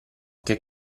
che